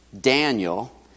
Daniel